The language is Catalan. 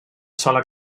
sola